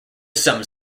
some